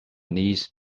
knees